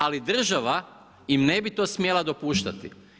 Ali, država im ne bi to smijala dopuštati.